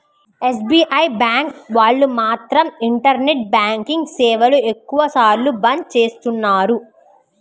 SBI bank వాళ్ళు మాత్రం internet banking సేవలను ఎక్కువ సార్లు బంద్ చేస్తున్నారు